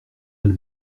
elle